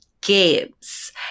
games